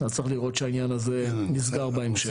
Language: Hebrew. אז צריך לראות שהעניין הזה נסגר בהמשך.